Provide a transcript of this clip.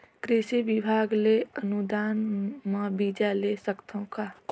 कृषि विभाग ले अनुदान म बीजा ले सकथव का?